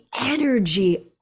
energy